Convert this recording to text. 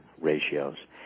ratios